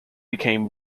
became